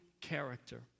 character